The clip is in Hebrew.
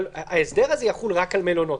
אבל ההסדר הזה יחול רק על מלונות?